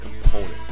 components